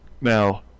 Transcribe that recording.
Now